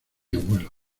abuelo